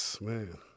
Man